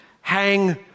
Hang